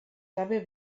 dabei